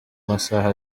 masaha